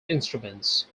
instruments